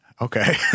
Okay